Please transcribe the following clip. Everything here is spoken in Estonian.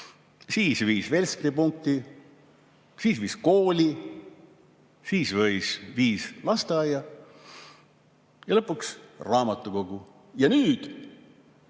siis viis velskripunkti, siis viis kooli, siis viis lasteaia ja lõpuks viis raamatukogu. Ja nüüd